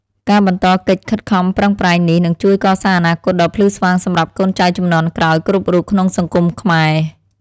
ការបន្តកិច្ចខិតខំប្រឹងប្រែងនេះនឹងជួយកសាងអនាគតដ៏ភ្លឺស្វាងសម្រាប់កូនចៅជំនាន់ក្រោយគ្រប់រូបក្នុងសង្គមខ្មែរ។